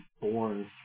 born